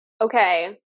okay